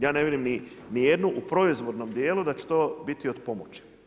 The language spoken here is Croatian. Ja ne vidim ni jednu u proizvodnom dijelu da će to biti od pomoći.